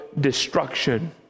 destruction